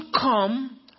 come